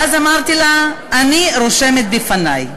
ואז אמרתי לה: אני רושמת לפני.